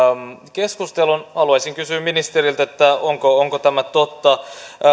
keskustelun haluaisin kysyä ministeriltä onko tämä totta